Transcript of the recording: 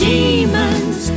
Demons